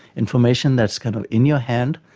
information that's kind of in your hand,